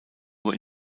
nur